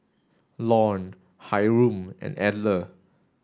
Lorne Hyrum and Edla